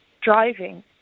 driving